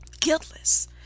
Guiltless